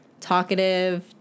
talkative